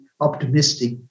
Optimistic